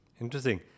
Interesting